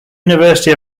university